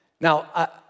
Now